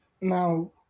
Now